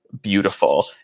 beautiful